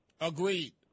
Agreed